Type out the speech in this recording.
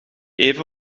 even